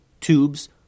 Tubes